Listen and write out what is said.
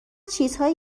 چیزهایی